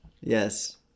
Yes